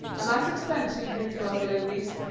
a nice expense you've been to us, louise.